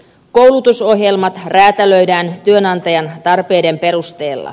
koulutusohjelmat räätälöidään työnantajan tarpeiden perusteella